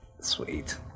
Sweet